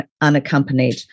unaccompanied